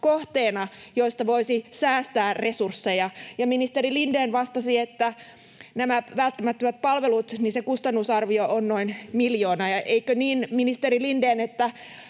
kohteena, josta voisi säästää resursseja, ja ministeri Lindén vastasi, että näiden välttämättömien palveluiden kustannusarvio on noin miljoona. Eikö niin, ministeri Lindén, että